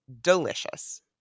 delicious